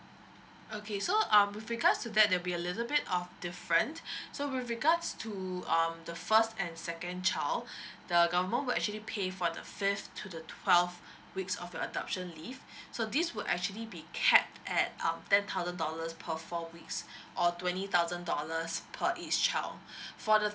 okay so um with regards to that there'll be a little bit of different so with regards to um the first and second child the government will actually pay for the fifth to the twelve weeks of the adoption leave so this would actually be cap at um ten thousand dollars per four weeks or twenty thousand dollars per each child for the